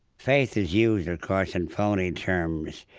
faith is used, of course, in phony terms.